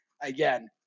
again